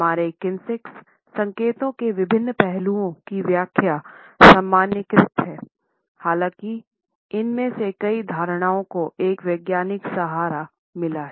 हमारे किनेसिक्स संकेतों के विभिन्न पहलुओं की व्याख्या सामान्यीकृत हैं हालांकि इनमें से कई धारणाओं को एक वैज्ञानिक सहारा मिला है